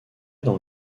dans